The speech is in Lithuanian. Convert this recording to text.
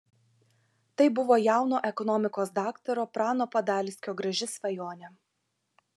tai buvo jauno ekonomikos daktaro prano padalskio graži svajonė